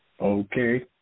Okay